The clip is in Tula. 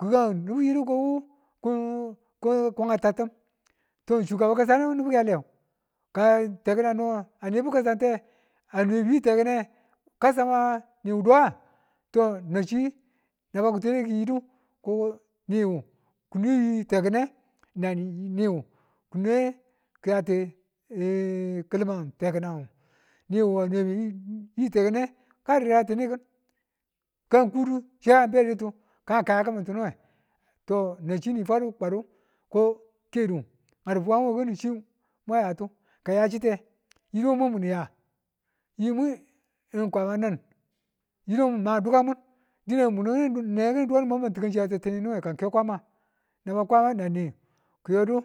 gi̱gang ngu nibu ko yidu ko a ta tim kasan nibu ki yale ka te ki̱n ano nibibukin kasante. Anwebu ka zama niwuduwe nga? to nga chi naba ki̱tle ki̱yidu ko niwu kinwe yi tekine nan nwu ki̱nwe ki̱yatin kilman tekine niwu anwebu yi tekine kakatikan tini kin. Kudu chika bekimin detuka kaya tinuwe tonan shi ni fwadu kwadu ko kedu ngadu fuwanku we chi ma yatu kamu ya chite yiduwe mwimuya yimwi kwamanin dine munanewe kini dakandu mwan man tikanti chi a titinin duwe kake kwama naba kwama nan ni kiyodu.